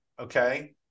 Okay